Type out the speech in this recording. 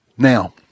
Now